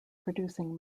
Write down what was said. producing